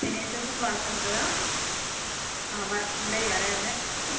ശനിയാഴ്ച ദിവസം ക്ലാസ്സുള്ളതാണോ ആ വർക്കിംഗ് ഡേ അത് അന്ന്